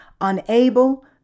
unable